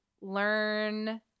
learn